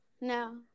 No